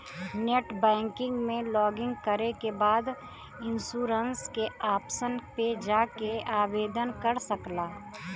net banking में login करे के बाद इन्शुरन्स के ऑप्शन पे जाके आवेदन कर सकला